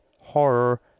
horror